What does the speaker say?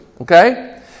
okay